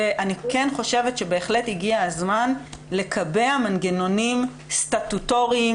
אני חושבת שבהחלט הגיע הזמן לקבע מנגנונים סטטוטוריים